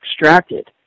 extracted